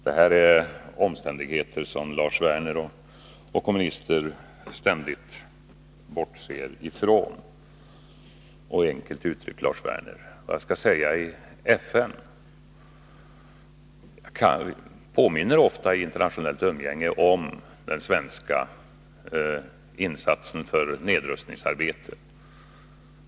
Detta är omständigheter som Lars Werner och kommunisterna ständigt bortser ifrån. Och när Lars Werner frågar vad jag skall säga i FN, vill jag svara följande, enkelt uttryckt: Jag påminner ofta i internationellt umgänge om den svenska insatsen för nedrustningsarbete.